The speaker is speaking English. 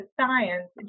science